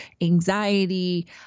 anxiety